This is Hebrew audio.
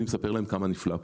אני מספר לכם כמה נפלא כאן.